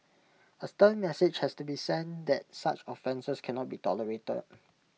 A stern message has to be sent that such offences can not be tolerated